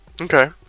Okay